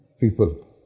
people